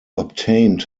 obtained